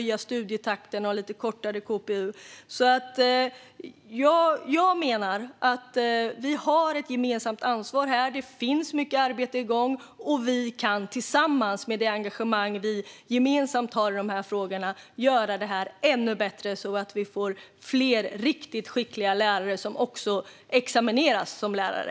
Jag menar att vi har ett gemensamt ansvar här. Det finns mycket arbete som är igång. Och med vårt engagemang i de här frågorna kan vi tillsammans göra det här ännu bättre, så att vi får fler riktigt skickliga lärare och som också examineras som lärare.